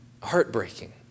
heartbreaking